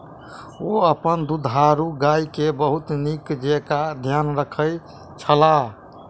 ओ अपन दुधारू गाय के बहुत नीक जेँका ध्यान रखै छला